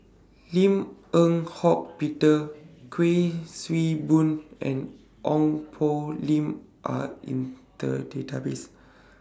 Lim Eng Hock Peter Kuik Swee Boon and Ong Poh Lim Are in The Database